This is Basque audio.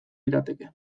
lirateke